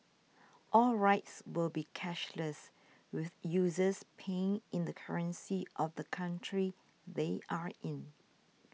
all rides will be cashless with users paying in the currency of the country they are in